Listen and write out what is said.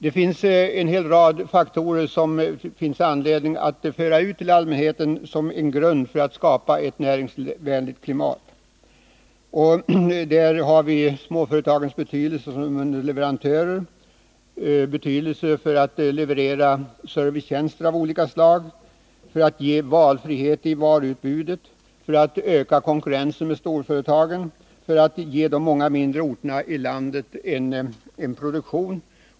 Det finns anledning att föra ut en hel rad faktorer till allmänheten som en grund för att ett näringsvänligt klimat skall kunna skapas. Småföretagens roll som underleverantörer till exportföretagen har stor betydelse, likaså när det gäller att leverera servicetjänster av olika slag, att ge valfrihet i varuutbudet, att öka konkurrensen med storföretagen och att ge de många mindre orterna i landet en produktion.